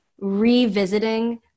revisiting